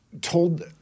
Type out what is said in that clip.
told